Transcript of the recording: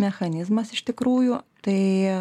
mechanizmas iš tikrųjų tai